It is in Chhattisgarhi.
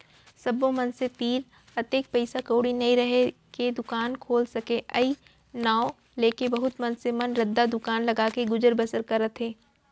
सब्बो मनसे तीर अतेक पइसा कउड़ी नइ राहय के दुकान खोल सकय अई नांव लेके बहुत मनसे मन रद्दा दुकान लगाके गुजर बसर करत हें